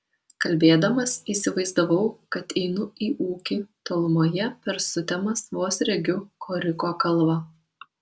kalbėdamas įsivaizdavau kad einu į ūkį tolumoje per sutemas vos regiu koriko kalvą